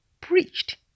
preached